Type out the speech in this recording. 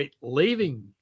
leaving